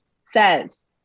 says